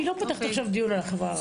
אני לא פותחת דיון על החברה הערבית עכשיו.